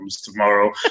tomorrow